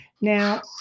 now